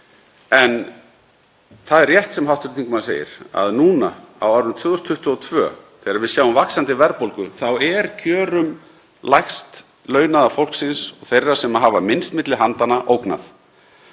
En það er rétt sem hv. þingmaður segir að núna á árinu 2022, þegar við sjáum vaxandi verðbólgu, er kjörum lægst launaða fólksins og þeirra sem hafa minnst milli handanna ógnað.